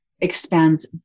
expands